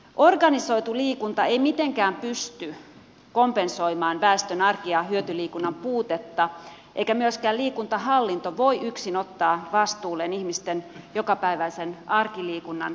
organisoitu liikunta ei mitenkään pysty kompensoimaan väestön arki ja hyötyliikunnan puutetta eikä myöskään liikuntahallinto voi yksin ottaa vastuulleen ihmisten jokapäiväisen arkiliikunnan edistämistä